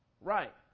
right